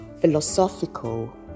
philosophical